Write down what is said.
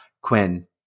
Quinn